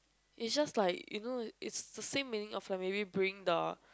it's just like you know it's the same meaning of maybe bring the